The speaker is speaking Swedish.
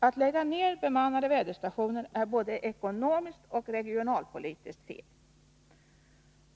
Att lägga ner bemannade väderstationer är både ekonomiskt och regionalpolitiskt fel.